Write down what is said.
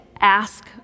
ask